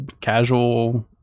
casual